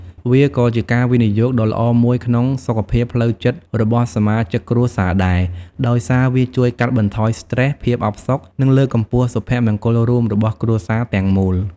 វាក៏ជាការវិនិយោគដ៏ល្អមួយក្នុងសុខភាពផ្លូវចិត្តរបស់សមាជិកគ្រួសារដែរ ដោយសារវាជួយកាត់បន្ថយស្ត្រេស ភាពអផ្សុក និងលើកកម្ពស់សុភមង្គលរួមរបស់គ្រួសារទាំងមូល។